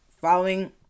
Following